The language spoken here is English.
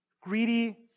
greedy